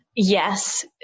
Yes